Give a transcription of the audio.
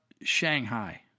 Shanghai